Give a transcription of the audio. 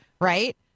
Right